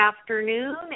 afternoon